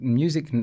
music